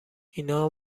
اینا